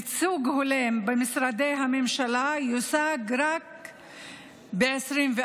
ייצוג הולם במשרדי הממשלה יושג רק ב-2024,